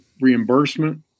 reimbursement